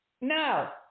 No